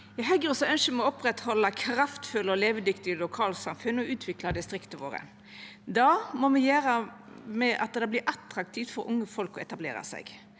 I Høgre ønskjer me å oppretthalda kraftfulle og levedyktige lokalsamfunn og utvikla distrikta våre. Det må me gjera ved at det vert attraktivt for unge folk å etablera seg.